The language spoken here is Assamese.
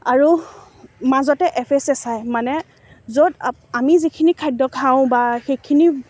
আৰু মাজতে এফএচএচআই মানে য'ত আমি যিখিনি খাদ্য খাওঁ বা সেইখিনি